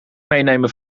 meenemen